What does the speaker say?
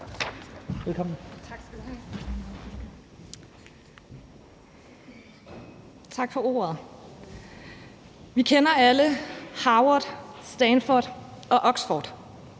(LA): Tak for ordet. Vi kender alle Harvard, Stanford og Oxford.